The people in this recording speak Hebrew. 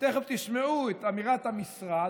ותכף תשמעו את אמירת המשרד,